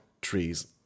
trees